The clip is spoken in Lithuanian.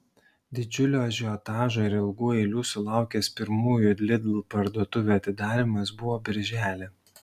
didžiulio ažiotažo ir ilgų eilių sulaukęs pirmųjų lidl parduotuvių atidarymas buvo birželį